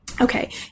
Okay